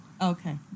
Okay